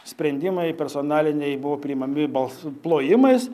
sprendimai personaliniai buvo priimami bals plojimais